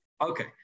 Okay